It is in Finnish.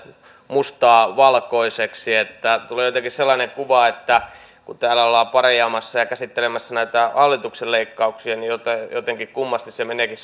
mustaa valkoiseksi oli kyllä hyvin mielenkiintoista kuunneltavaa tulee jotenkin sellainen kuva että kun täällä ollaan parjaamassa ja käsittelemässä näitä hallituksen leikkauksia niin jotenkin kummasti se meneekin